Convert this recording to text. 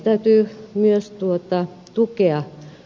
täytyy myös tukea ed